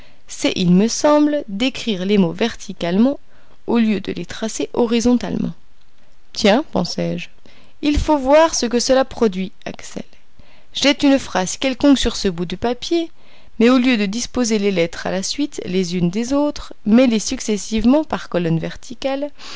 c'est il me semble d'écrire les mots verticalement au lieu de les tracer horizontalement tiens pensai-je il faut voir ce que cela produit axel jette une phrase quelconque sur ce bout de papier mais au lieu de disposer les lettres à la suite les unes des autres mets-les successivement par colonnes verticales